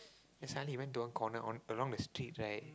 then suddenly he went to one corner on along the street right